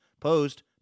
posed